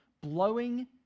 blowing